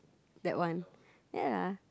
that one ya